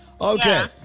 Okay